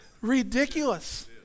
Ridiculous